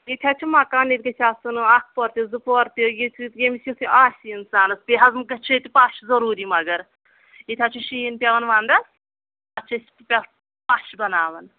ییٚتہِ حظ چھِ مکان ییٚتہِ گژھِ آسُن اَکھ پور تہِ زٕ پور تہِ ییٚتہِ ییٚمِس یُتھ آسہِ اِنسانَس بیٚیہِ حظ گژھِ چھِ ییٚتہِ پَش ضٔروٗری مگر ییٚتہِ حظ چھِ شیٖن پٮ۪وان وَندَس تَتھ چھِ أسۍ پٮ۪ٹھ پَش بَناوان